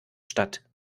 statt